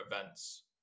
events